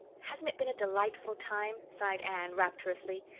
hasn't it been a delightful time? sighed anne rapturously.